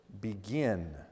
begin